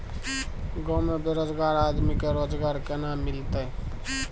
गांव में बेरोजगार आदमी के रोजगार केना मिलते?